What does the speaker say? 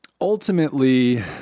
Ultimately